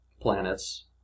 planets